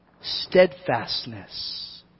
steadfastness